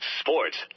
sports